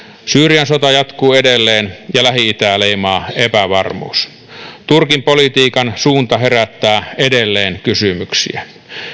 syyrian sota jatkuu edelleen ja lähi itää leimaa epävarmuus turkin politiikan suunta herättää edelleen kysymyksiä